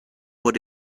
what